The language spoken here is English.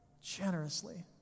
generously